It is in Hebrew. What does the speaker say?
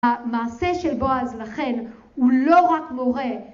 המעשה של בועז לכן הוא לא רק מורה